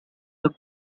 the